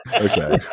Okay